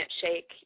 shake